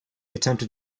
attempted